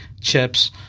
chips